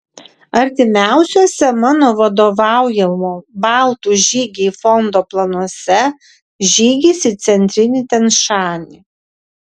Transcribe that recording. artimiausiuose mano vadovaujamo baltų žygiai fondo planuose žygis į centrinį tian šanį